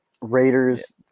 Raiders